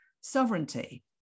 sovereignty